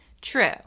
True